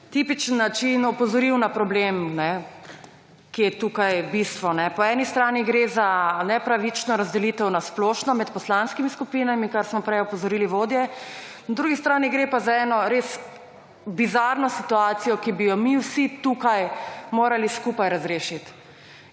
tipičen način opozoril na problem, ki je tukaj bistvo. Po eni strani gre za nepravično razdelitev na splošno, med poslanskimi skupinami, kar smo prej opozorili vodje, na drugi strani gre pa za eno res bizarno situacijo, ki bi jo mi vsi tukaj morali skupaj razrešit.